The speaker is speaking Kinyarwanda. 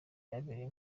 byabereye